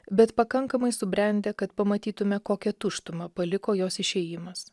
bet pakankamai subrendę kad pamatytume kokią tuštumą paliko jos išėjimas